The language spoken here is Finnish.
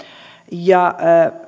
ja